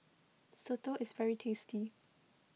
Soto is very tasty